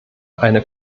eine